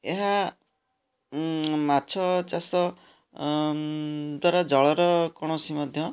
ଏହା ମାଛ ଚାଷ ଦ୍ଵାରା ଜଳର କୌଣସି ମଧ୍ୟ